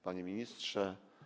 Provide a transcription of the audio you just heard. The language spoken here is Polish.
Panie Ministrze!